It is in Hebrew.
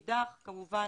מאידך, כמובן,